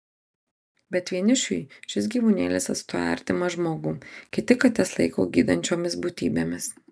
bet vienišiui šis gyvūnėlis atstoja artimą žmogų kiti kates laiko gydančiomis būtybėmis